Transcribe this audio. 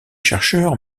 chercheur